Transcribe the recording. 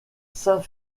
saint